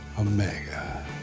Omega